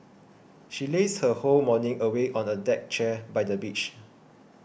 she lazed her whole morning away on a deck chair by the beach